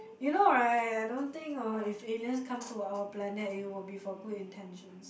you know right I don't think hor if aliens come to our planet it will be for good intentions